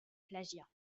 plagiat